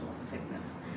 sickness